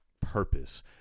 purpose